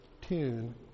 tune